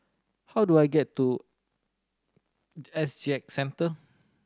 how do I get to S G X Centre